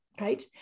right